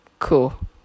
Cool